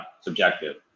subjective